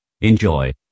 Enjoy